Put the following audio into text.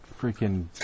freaking